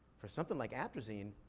for something like atrazine,